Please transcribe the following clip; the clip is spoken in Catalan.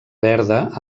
verda